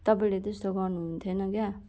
तपाईँले त्यस्तो गर्नु हुन्थेन क्या